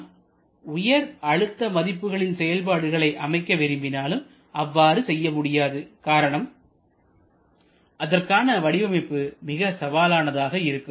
நம் உயர் அழுத்த மதிப்புகளில் செயல்பாடுகளை அமைக்க விரும்பினாலும் அவ்வாறு செய்ய முடியாது காரணம் அதற்கான வடிவமைப்பு மிக சவாலானதாக இருக்கும்